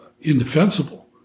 indefensible